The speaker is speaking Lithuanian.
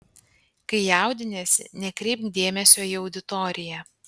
kai jaudiniesi nekreipk dėmesio į auditoriją